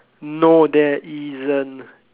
no there isn't